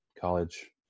college